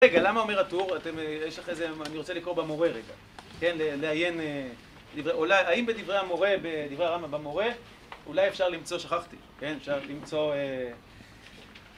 רגע, למה אומר הטור? יש לך איזה... אני רוצה לקרוא במורה רגע, כן? לעיין דברי... אולי... האם בדברי המורה, דברי הרמב"ם במורה, אולי אפשר למצוא, שכחתי, כן? אפשר למצוא...